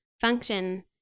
function